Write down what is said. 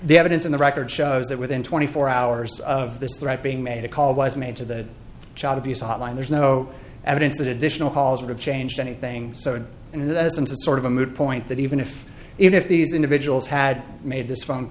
the evidence on the record shows that within twenty four hours of this threat being made a call was made to the child abuse hotline there's no evidence that additional halls would have changed anything so in essence it's sort of a moot point that even if if these individuals had made this phone